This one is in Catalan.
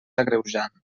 agreujant